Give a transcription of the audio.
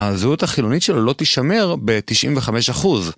הזהות החילונית שלו לא תשמר ב-95%.